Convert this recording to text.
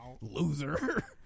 loser